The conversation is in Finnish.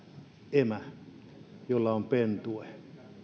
emä jolla on pentue